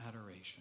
adoration